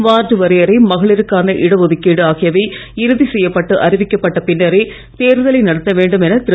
ward வரையறை மகளிருக்கான இடஒதுக்கீடு ஆகியவை இறுதி செய்யப்பட்டு அறிவிக்கப்பட்ட பின்னரே தேர்தலை நடத்த வேண்டும் என திரு